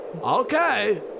Okay